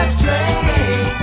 train